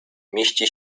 mieści